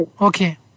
okay